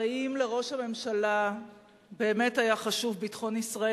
הרי אם לראש הממשלה באמת היה חשוב ביטחון ישראל,